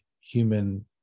human